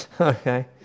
Okay